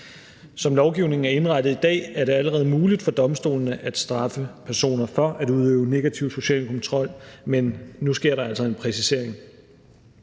Som lovgivningen er indrettet i dag, er det allerede muligt for domstolene at straffe personer for at udøve negativ social kontrol, men nu sker der altså en præcisering.